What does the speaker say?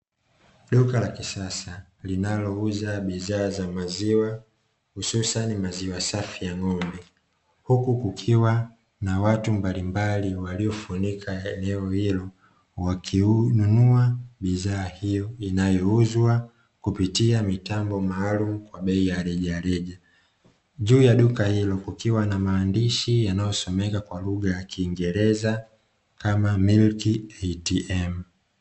Duka la kisasa linalouza bidhaa za maziwa hususan maziwa safi ya ng'ombe kwa kukiwa na watu mbalimbali waliofunika kadi ya uso wakihununua bidhaa hiyo inayouzwa kupitia mitambo maalumu ambayo yaani Reja Reja. Juu ya duka hilo kukiwa na maandishi yanayosomeka kwa lugha ya Kiingereza kama "Milk ATM."